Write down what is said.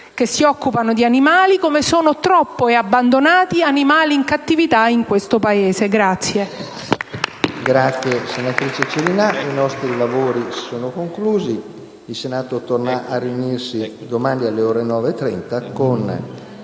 che si occupano di animali, così come sono troppi e abbandonati gli animali in cattività in questo Paese.